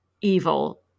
evil